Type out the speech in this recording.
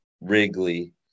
Wrigley